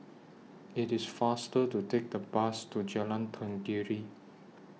IT IS faster to Take The Bus to Jalan Tenggiri